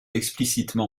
explicitement